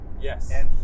Yes